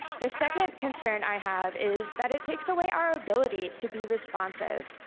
the second concern i have is that it takes away our ability to be responsive.